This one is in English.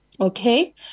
okay